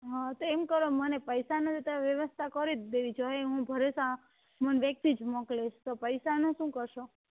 હા તો એમ કરો મને પૈસાની તો વ્ય્યવસ્થા કરી જ દેવી જોહે હું ભરેસા મને વ્યક્તિ જ મોકલીશ તો પૈસાનું શું કરશો